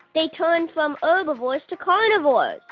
they turn from ah herbivores to carnivores